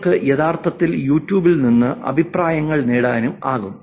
നിങ്ങൾക്ക് യഥാർത്ഥത്തിൽ യുട്യൂബിൽ നിന്ന് അഭിപ്രായങ്ങൾ നേടാനാകും